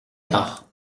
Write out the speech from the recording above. tard